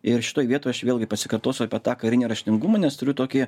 ir šitoj vietoj aš vėlgi pasikartosiu apie tą karinį raštingumą nes turiu tokį